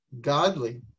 godly